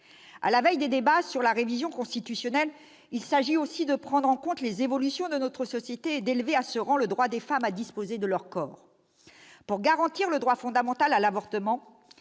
À la veille des débats sur la révision constitutionnelle, il s'agit aussi de prendre en compte les évolutions de notre société et d'élever à ce rang le droit des femmes à disposer de leur corps. Pour garantir le droit fondamental à l'avortement,